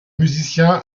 musicien